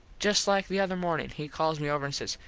just like the other mornin he calls me over an says,